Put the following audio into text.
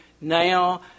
now